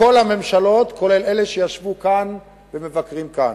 לכל הממשלות, גם אלה שישבו כאן ומבקרים כאן.